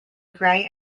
grey